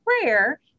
prayer